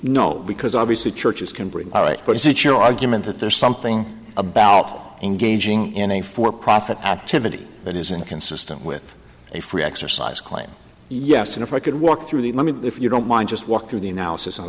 no because obviously churches can bring all right but is it your argument that there's something about engaging in a for profit activity that is inconsistent with a free exercise claim yes and if i could walk through the money if you don't mind just walk through the analysis